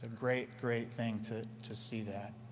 great, great thing to to see that.